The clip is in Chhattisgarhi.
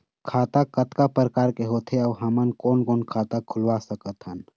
खाता कतका प्रकार के होथे अऊ हमन कोन कोन खाता खुलवा सकत हन?